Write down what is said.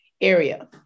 area